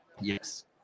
Yes